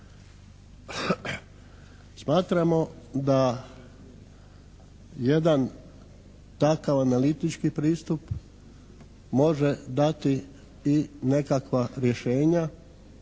Smatramo da jedan takav analitički pristup može dati i nekakva rješenja